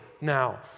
now